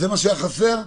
זה מה שהיה חסר?